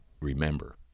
remember